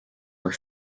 were